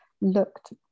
looked